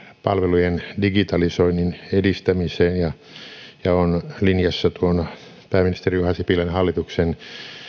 palvelujen digitalisoinnin edistämiseen ja on linjassa tuon pääministeri juha sipilän hallituksen